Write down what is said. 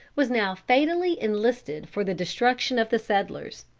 was now fatally enlisted for the destruction of the settlers.